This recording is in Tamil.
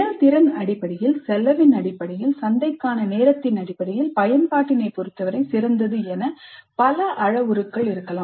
செயல்திறன் அடிப்படையில் செலவின் அடிப்படையில் சந்தைக்கான நேரத்தின் அடிப்படையில் பயன்பாட்டினைப் பொறுத்தவரை சிறந்தது என பல அளவுருக்கள் இருக்கலாம்